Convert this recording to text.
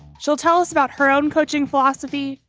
she'll tell us about her own coaching philosophy,